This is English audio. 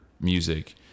music